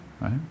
right